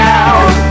out